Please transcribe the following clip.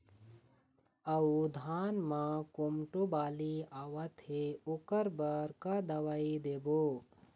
अऊ धान म कोमटो बाली आवत हे ओकर बर का दवई देबो?